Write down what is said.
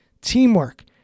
teamwork